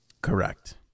Correct